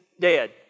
dead